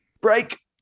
break